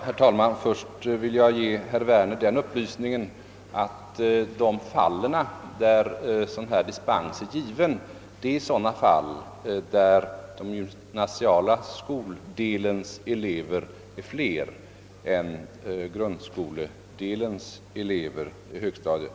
Herr talman! Först vill jag ge herr Werner den upplysningen, att sådan dispens det här gäller är given i fall där den gymnasiala skoldelens elever är flera än grundskoledelens elever på högstadiet.